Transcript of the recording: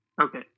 Okay